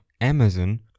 Amazon